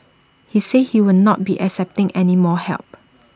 he said he will not be accepting any more help